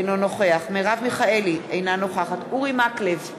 אינו נוכח מרב מיכאלי, אינה נוכחת אורי מקלב,